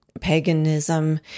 paganism